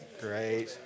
Great